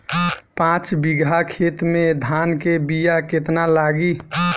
पाँच बिगहा खेत में धान के बिया केतना लागी?